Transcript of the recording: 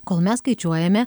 kol mes skaičiuojame